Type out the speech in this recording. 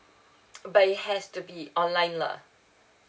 but it has to be online lah